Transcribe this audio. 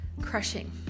crushing